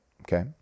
Okay